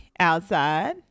outside